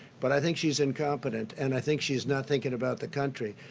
but i think she's incompetent, and i think she's not think and about the country.